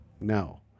No